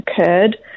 occurred